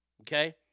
okay